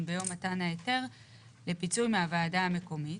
ביום מתן ההיתר לפיצוי מהוועדה המקומית,